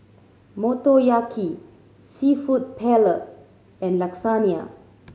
Motoyaki Seafood Paella and Lasagne